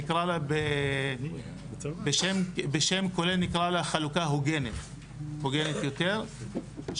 נקרא לה בשם כולל חלוקה הוגנת יותר,